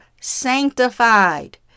sanctified